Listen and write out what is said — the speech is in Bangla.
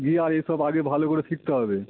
গিয়ার এসব আগে ভালো করে শিখতে হবে